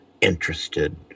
interested